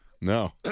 no